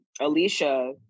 Alicia